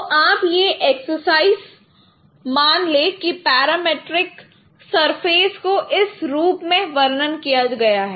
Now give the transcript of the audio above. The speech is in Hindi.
तो आप यह एक्सर्साइज़ मान ले कि पैरामेट्रिक सरफेस को इस रूप में वर्णन किया गया है